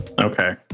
okay